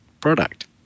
product